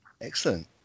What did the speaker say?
Excellent